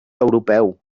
europeu